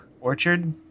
Orchard